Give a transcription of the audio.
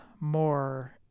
more